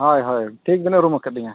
ᱦᱳᱭ ᱦᱳᱭ ᱴᱷᱤᱠ ᱵᱤᱱ ᱩᱨᱩᱢ ᱠᱤᱫᱤᱧᱟ